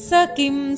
Sakim